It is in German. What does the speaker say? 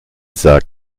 sack